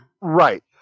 Right